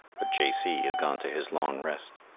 but j c. has gone to his long rest.